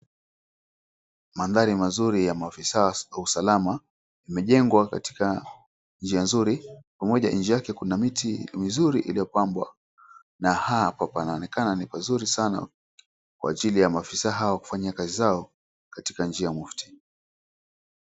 Mandhari mazuri ya maafisa wa usalama yamejengwa katika njia nzuri pamoja nje yake kuna miti mizuri iliopambwa na hapa panaonekana ni pazuri sana kwa ajili ya maafisa hawa kufanya kazi zao katika njia mufti.